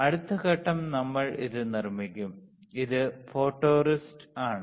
അടുത്ത ഘട്ടം നമ്മൾ ഇത് നിർമ്മിക്കും ഇത് ഫോട്ടോറിസ്റ്റ് ആണ്